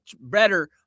better